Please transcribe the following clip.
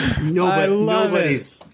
Nobody's